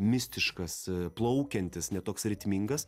mistiškas plaukiantis ne toks ritmingas